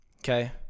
okay